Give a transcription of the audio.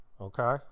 okay